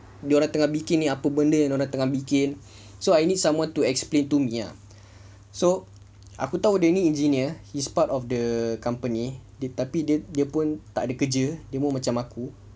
dia orang yang tengah bikin apa benda yang dia orang tengah bikin so I need someone to explain to me ah so aku tahu dia ni engineer he's part of the company tapi dia pun tak ada kerja dia pun macam aku